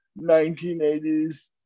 1980s